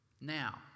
Now